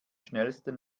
schnellsten